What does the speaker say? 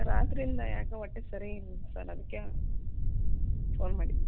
ರಾತ್ರಿಯಿಂದ ಏಕೋ ಹೊಟ್ಟೆ ಸರಿ ಇಲ್ಲ ಸರ್ ಅದಕ್ಕೆ ಫೋನ್ ಮಾಡಿದ್ದು